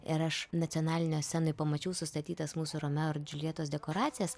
ir aš nacionalinio scenoj pamačiau sustatytas mūsų romeo ir džiuljetos dekoracijas